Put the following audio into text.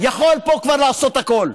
יכול כבר לעשות פה הכול.